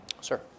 Sir